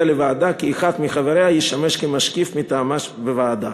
לוועדה כי אחד מחבריה ישמש כמשקיף מטעמה בוועדה,